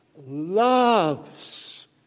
loves